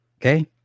Okay